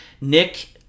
Nick